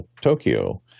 Tokyo